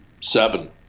seven